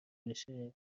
بشه